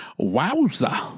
Wowza